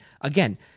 Again